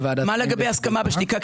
מה לגבי הסכמה בשתיקה?